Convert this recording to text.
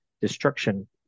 destruction